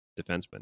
defenseman